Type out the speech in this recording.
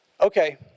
Okay